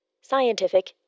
scientific